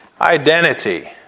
identity